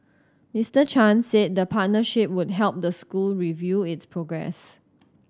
Mister Chan said the partnership would help the school review its progress